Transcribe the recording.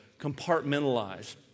compartmentalize